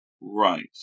Right